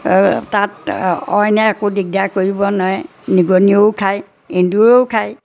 তাত অইন একোৱে দিগদাৰ কৰিব নোৱাৰে নিগনিয়েও খায় এন্দুৰেও খায়